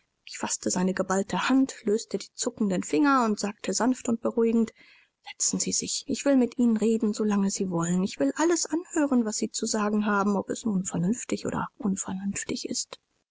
ich faßte seine geballte hand löste die zuckenden finger und sagte sanft und beruhigend setzen sie sich ich will mit ihnen reden so lange sie wollen ich will alles anhören was sie zu sagen haben ob es nun vernünftig oder unvernünftig ist